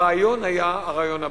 הרעיון היה הרעיון הבא: